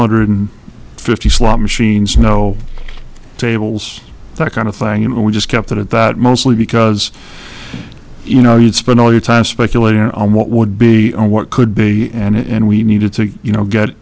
hundred fifty slot machines no tables that kind of thing and we just kept it at that mostly because you know you'd spend all your time speculating on what would be what could be and we needed to you know